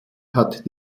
hat